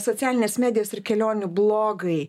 socialinės medijos ir kelionių blogai